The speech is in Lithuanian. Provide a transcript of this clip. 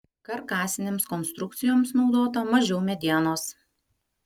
karkasinėms konstrukcijoms naudota mažiau medienos